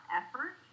effort